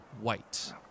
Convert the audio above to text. white